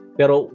pero